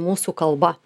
mūsų kalba